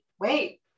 wait